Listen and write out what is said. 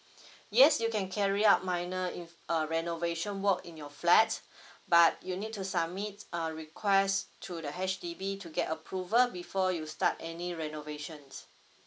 yes you can carry up minor in~ uh renovation work in your flats but you need to submit uh request to the H_D_B to get approval before you start any renovations